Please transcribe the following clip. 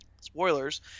Spoilers